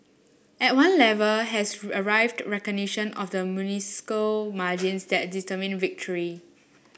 at one level has arrived recognition of the minuscule margins that determine victory